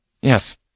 yes